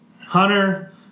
Hunter